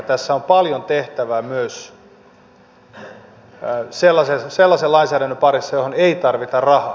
tässä on paljon tehtävää myös sellaisen lainsäädännön parissa johon ei tarvita rahaa